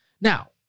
Now